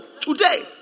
Today